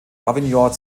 avignon